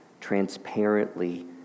transparently